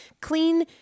Clean